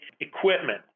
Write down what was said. equipment